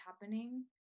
happening